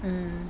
mm